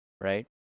right